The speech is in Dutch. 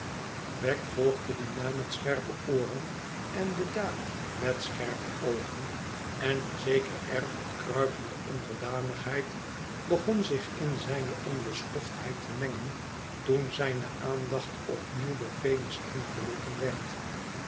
wegg volgde dien naam met scherpe ooren en de daad met scherp oogen en een zeker air van kruipende onderdanigheid begon zich in zijne onbeschoftheid te mengen toen zijne aandacht opnieuw door venus ingeroepen werd